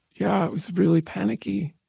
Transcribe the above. yeah, i was really panicky